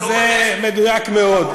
זה מדויק מאוד.